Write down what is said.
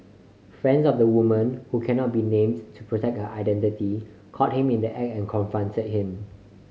friends of the woman who cannot be named to protect her identity caught him in the act and confronted him